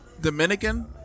Dominican